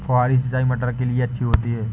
फुहारी सिंचाई मटर के लिए अच्छी होती है?